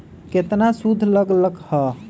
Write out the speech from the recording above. केतना सूद लग लक ह?